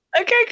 Okay